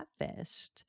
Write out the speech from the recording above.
catfished